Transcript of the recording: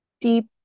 deep